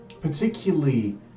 particularly